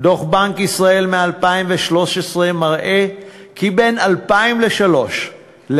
דוח בנק ישראל מ-2013 מראה כי בין 2003 ל-2011,